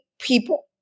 people